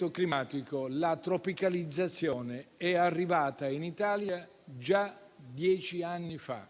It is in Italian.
straordinario; la tropicalizzazione è arrivata in Italia già dieci anni fa